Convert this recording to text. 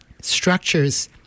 structures